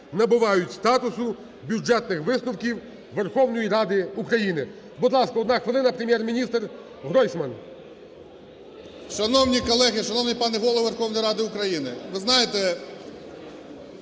набувають статусу Бюджетних висновків Верховної Ради України. Будь ласка, одна хвилина, Прем'єр-міністр Гройсман. 18:14:41 ГРОЙСМАН В.Б. Шановні колеги! Шановний пане Голово Верховної Ради України! Ви знаєте,